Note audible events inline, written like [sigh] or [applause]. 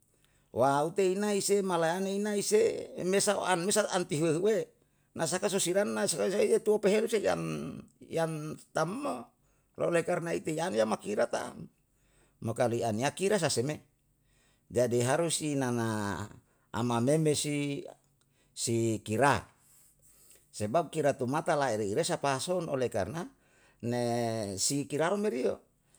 Wa aute na inai sei malayane inai sei, emesao ana mesa anti huwe huwe. Nasaka sosiran na suoe suoe topeheru sei an [hesitation] an tam o? Lo ole karna itu yan yamakira tam, mo kalu aniya kira saseme? Jadi harus inana ama memesi si kira, sebab kira tu mata lairoi iroi sapa son, ole karna ne [hesitation] si kiraru meri yo